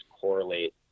correlate